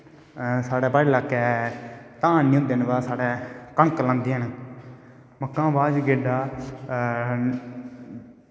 साढ़ै पाहाड़ी लाह्कै धान नी होंदे हैन व कनक लांदे हैन मक्कां शा बाद गेड्डा